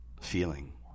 feeling